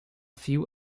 few